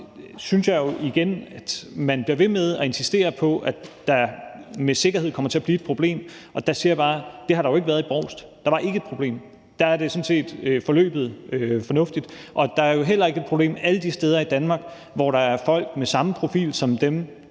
synes jeg jo, at man bliver ved med at insistere på, at der med sikkerhed kommer til at blive et problem, og der siger jeg bare igen: Det har der jo ikke været i Brovst. Der var ikke et problem; der er det sådan set forløbet fornuftigt. Og der er jo heller ikke et problem alle de steder i Danmark, hvor der er folk med samme profil som dem,